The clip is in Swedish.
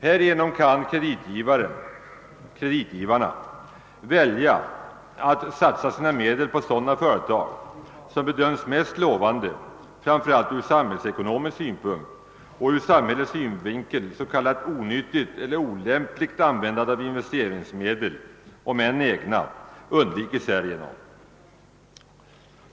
Härigenom kan kreditgivarna/kreditgivaren vilja att satsa sina medel på sådana företag som bedöms mest lovande, framför allt från samhällsekonomisk synpunkt, och ur samhällets synvinkel s.k. onyttigt eller olämpligt användande av investeringsmedel, om än egna, undyikes. härigenom.